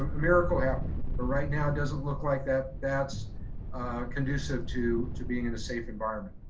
miracle happening. but right now it doesn't look like that that's conducive to to being in a safe environment.